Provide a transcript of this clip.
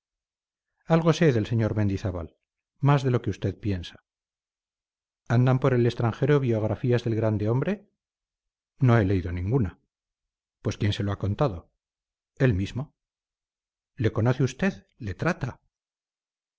en portugal algo sé del sr mendizábal más de lo que usted piensa andan por el extranjero biografías del grande hombre no he leído ninguna pues quién se lo ha contado él mismo le conoce usted le trata